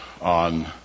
on